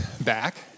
back